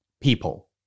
People